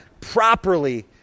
properly